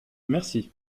merci